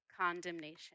condemnation